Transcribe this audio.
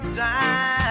time